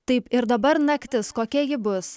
taip ir dabar naktis kokia ji bus